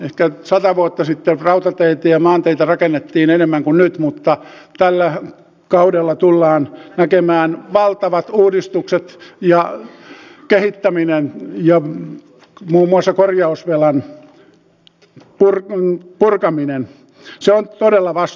ehkä sata vuotta sitten rautateitä ja maanteitä rakennettiin enemmän kuin nyt mutta tällä kaudella tullaan näkemään valtavat uudistukset ja kehittäminen ja muun muassa korjausvelan purkaminen on todella vastuullista